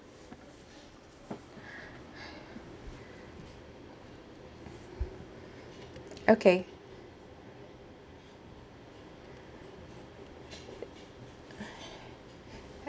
okay